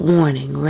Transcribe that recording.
Warning